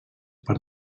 per